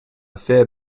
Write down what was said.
fair